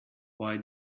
why